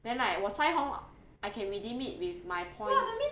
then like 我腮红 I can redeem it with my points